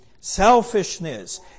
Selfishness